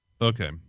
Okay